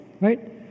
right